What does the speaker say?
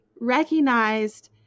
recognized